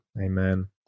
amen